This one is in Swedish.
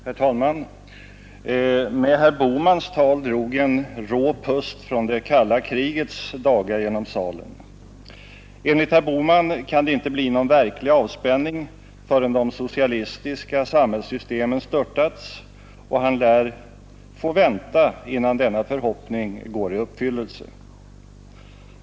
Herr talman! Med herr Bohmans tal drog en rå pust från det kalla krigets dagar genom salen. Enligt herr Bohman kan det inte bli någon verklig avspänning förrän de socialistiska samhällssystemen störtats — och han lär få vänta innan denna förhoppning går i uppfyllelse.